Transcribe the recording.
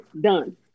done